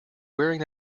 wearing